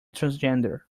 transgender